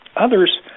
others